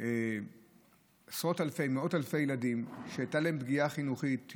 היום מאות אלפי ילדים שהייתה בהם פגיעה חינוכית,